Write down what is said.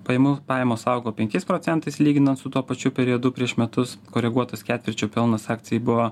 pajamų pajamos augo penkiais procentais lyginant su tuo pačiu periodu prieš metus koreguotas ketvirčio pelnas akcijai buvo